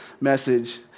message